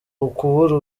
ukubura